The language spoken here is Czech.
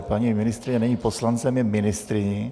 Paní ministryně není poslancem, je ministryní.